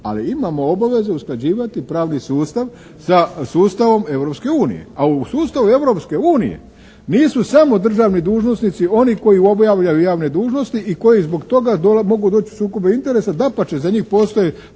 ali imamo obaveze usklađivati pravni sustav sa sustavom Europske unije. A u sustavu Europske unije nisu samo državni dužnosnici oni koji obavljaju javne dužnosti i koji zbog toga mogu doći u sukob interesa. Dapače, za njih postoje